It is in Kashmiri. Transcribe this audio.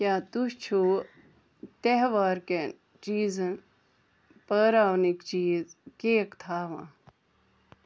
کیٛاہ تُہۍ چھِوٕ تہوارٕکیٚن چیٖزَن پٲراونٕکۍ چیٖز کیک تھاوان